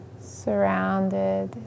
Surrounded